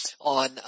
on